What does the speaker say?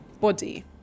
body